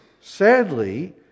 Sadly